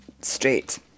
straight